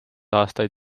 aastaid